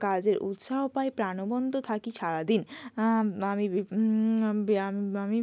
কাজের উৎসাহ পাই প্রাণবন্ত থাকি সারা দিন আমি বিভি ব্যায়াম আমি